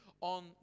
on